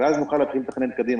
ואז נוכל להתחיל לתכנן קדימה.